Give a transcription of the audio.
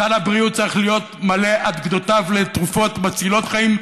סל הבריאות צריך להיות מלא עד גדותיו לתרופות מצילות חיים,